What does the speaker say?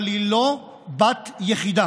אבל היא לא בת יחידה,